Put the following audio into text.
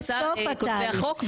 ומי לא רצה, כותבי החוק?